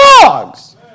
dogs